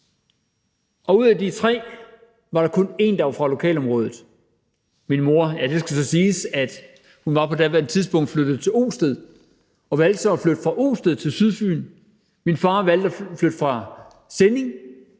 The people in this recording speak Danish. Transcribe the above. Og ud af de tre var der kun en, der var fra lokalområdet. Det skal så siges, at min mor på daværende tidspunkt var flyttet til Osted og valgte så at flytte fra Osted til Sydfyn, og min far valgte at flytte fra Sinding,